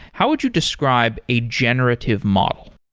how would you describe a generative model?